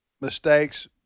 mistakes